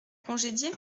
congédier